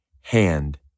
hand